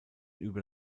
über